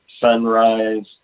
sunrise